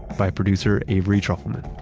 by producer avery trufelman.